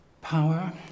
power